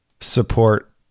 support